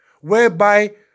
whereby